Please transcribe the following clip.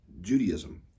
Judaism